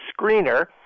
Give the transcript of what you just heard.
screener